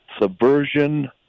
subversion